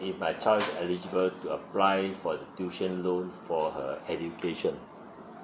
if my child is eligible to apply for tuition loan for her education